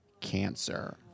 cancer